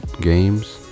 games